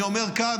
אני אומר כאן,